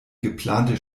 geplante